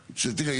שתראה,